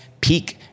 peak